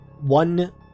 one